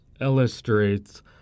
illustrates